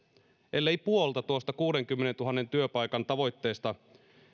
ellei puolta tuosta kuudenkymmenentuhannen työpaikan tavoitteesta